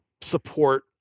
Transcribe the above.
support